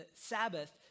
Sabbath